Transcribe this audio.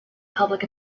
public